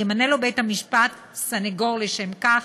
ימנה לו בית-המשפט סנגור לשם כך,